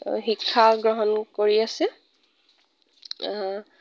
শিক্ষা গ্ৰহণ কৰি আছে